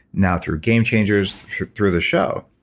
now through game changers through the show.